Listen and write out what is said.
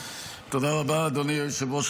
תודה רבה, אדוני היושב-ראש.